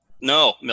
No